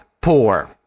poor